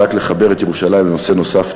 ורק לחבר את ירושלים לנושא נוסף,